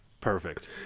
perfect